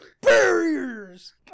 Barriers